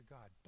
God